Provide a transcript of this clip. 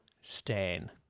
Stan